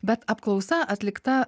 bet apklausa atlikta